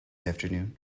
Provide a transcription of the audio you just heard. afternoon